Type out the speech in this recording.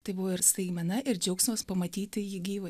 tai buvo ir staigmena ir džiaugsmas pamatyti jį gyvą